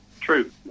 True